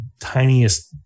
tiniest